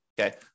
Okay